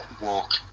walk